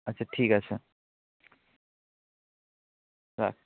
আচ্ছা ঠিক আছে রাখ